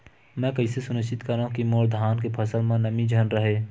मैं कइसे सुनिश्चित करव कि मोर धान के फसल म नमी झन रहे?